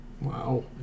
Wow